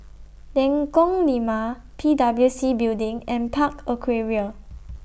Lengkong Lima P W C Building and Park Aquaria